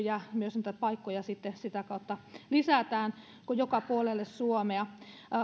ja niitä paikkoja sitä kautta lisätään joka puolelle suomea